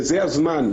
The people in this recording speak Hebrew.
זה הזמן.